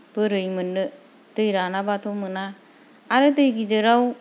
बोरै मोननो दै रानाबाथ' मोना आरो दै गिदिराव